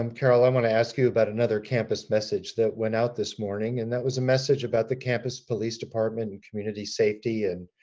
and carol, i want to ask you about another campus message that went out this morning and that was a message about the campus police department and community safety and